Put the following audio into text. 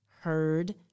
heard